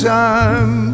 time